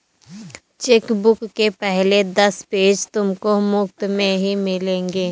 chequebook के पहले दस पेज तुमको मुफ़्त में ही मिलेंगे